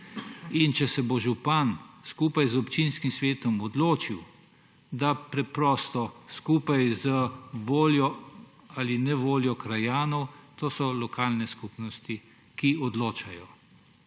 če se bo župan skupaj z občinskim svetom odločil, da preprosto skupaj z voljo ali nevoljo krajanov, to so lokalne skupnosti, ki odločajo.